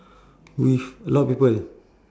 with a lot of people